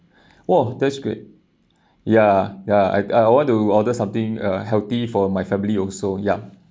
!woah! that's good ya ya I I want to order something uh healthy for my family also yup